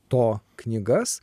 to knygas